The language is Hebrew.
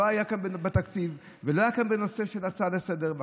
הוא לא היה כאן בתקציב ולא היה כאן בנושא של הצעה לסדר-היום.